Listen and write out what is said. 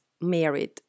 married